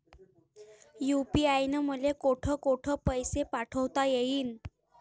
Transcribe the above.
UPI न मले कोठ कोठ पैसे पाठवता येईन?